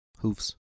Hooves